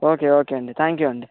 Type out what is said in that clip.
okay okay అండి thank you అండి